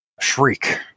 shriek